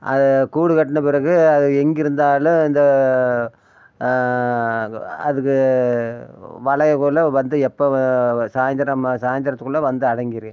அது கூடு கட்டின பிறகு அது எங்கிருந்தாலும் இந்த அதுக்கு வலை குள்ளே வந்து எப்போ சாயந்திரம் சாயந்திரத்துக்குள்ள வந்து அடங்கிரும்